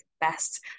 best